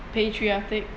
patriotic